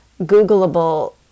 Googleable